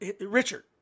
Richard